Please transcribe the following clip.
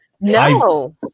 no